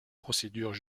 procédures